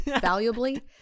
valuably